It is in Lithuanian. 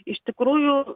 iš tikrųjų